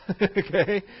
Okay